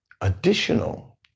additional